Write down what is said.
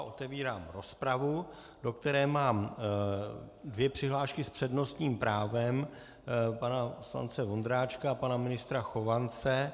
Otevírám rozpravu, do které mám dvě přihlášky s přednostním právem pana poslance Vondráčka a pana ministra Chovance.